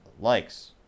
likes